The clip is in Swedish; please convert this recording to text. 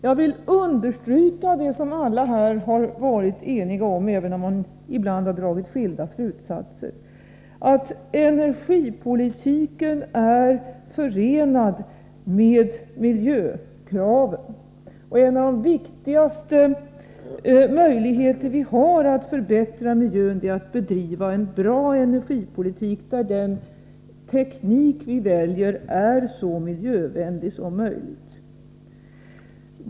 Jag vill understryka det som alla här har varit eniga om, även om man ibland dragit skilda slutsatser, nämligen att energipolitiken är förenad med miljökraven. En av de viktigaste möjligheterna vi har att förbättra miljön är att bedriva en bra energipolitik, där den teknik vi väljer är så miljövänlig som möjligt.